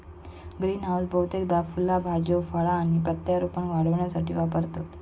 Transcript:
greenhouse बहुतेकदा फुला भाज्यो फळा आणि प्रत्यारोपण वाढविण्यासाठी वापरतत